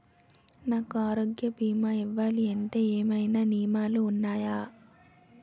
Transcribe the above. నాకు ఆరోగ్య భీమా ఇవ్వాలంటే ఏమైనా నియమాలు వున్నాయా?